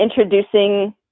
introducing